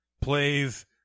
plays